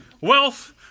wealth